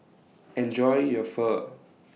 Enjoy your Pho